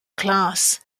class